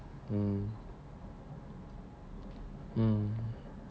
oh oh